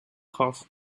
gaf